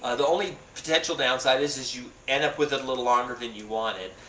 ah the only potential downside is is you end up with it a little longer than you wanted.